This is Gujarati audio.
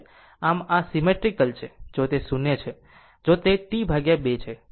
આમ આ એક સીમેટ્રીકલ છે જો તે 0 છે જો તેT2 છે તો તે T છે